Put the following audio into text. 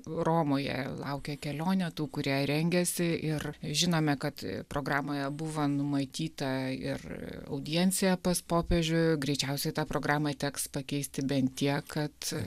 romoje laukia kelionė tų kurie rengiasi ir žinome kad programoje buvo numatyta ir audiencija pas popiežių greičiausiai tą programą teks pakeisti bent tiek kad